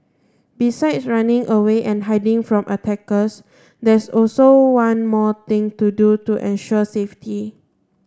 besides running away and hiding from attackers there's also one more thing to do to ensure safety